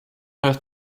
earth